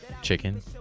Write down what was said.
chicken